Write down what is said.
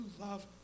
love